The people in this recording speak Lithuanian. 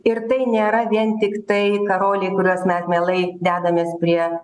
ir tai nėra vien tiktai karoliai kuriuos mes mielai dedamės prie